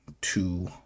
two